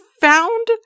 found